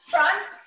Front